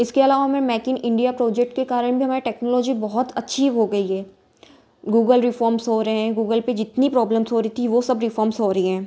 इसके अलावा हमें मेक इन इंडिया प्रोजेक्ट के कारण भी हमें टेक्नोलॉजी बहुत अच्छी हो गई है गूगल रिफॉर्म्स हो रहे हैं गूगल पर जितनी प्रोब्लम्स हो रही थी वह सब रिफॉर्म्स हो रही हैं